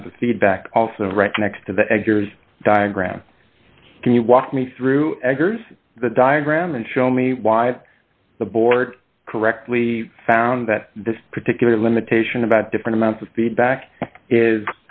amounts of feedback also right next to the diagram can you walk me through eggers the diagram and show me why the board correctly found that this particular limitation about different amounts of feedback is